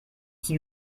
qui